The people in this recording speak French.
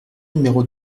numéro